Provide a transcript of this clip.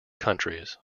countries